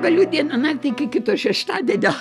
galiu dieną naktį iki kito šeštadienio